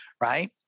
right